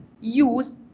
use